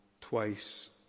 twice